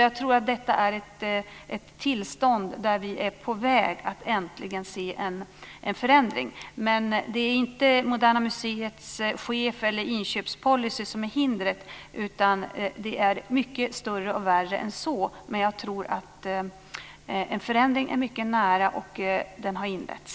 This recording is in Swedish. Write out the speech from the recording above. Jag tror att detta är ett tillstånd och att vi är på väg att äntligen se en förändring. Det är inte Moderna museets chef eller inköpspolicy som är hindret, utan det är mycket större och värre än så. Men jag tror att en förändring är mycket nära och att den har inletts.